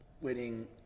winning